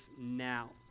now